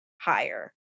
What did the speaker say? higher